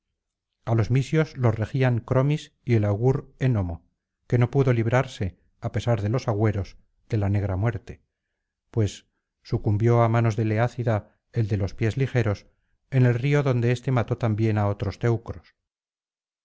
a los misios los regían cromis y el augur enomo que no pudo librarse á pesar de los agüeros de la negra muerte pues sucum bió á manos del eácida el de los pies ligeros en el río donde éste mató también á otros teneros